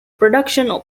production